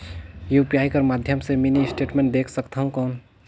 UPI कर माध्यम से मिनी स्टेटमेंट देख सकथव कौन?